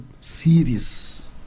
serious